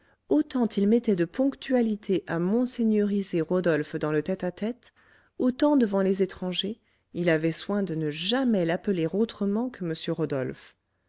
autant il mettait de ponctualité à monseigneuriser rodolphe dans le tête-à-tête autant devant les étrangers il avait soin de ne jamais l'appeler autrement que m rodolphe